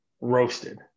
roasted